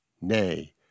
nay